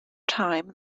time